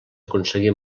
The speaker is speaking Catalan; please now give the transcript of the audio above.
aconseguí